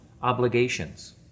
Obligations